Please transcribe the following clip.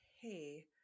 hey